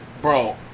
Bro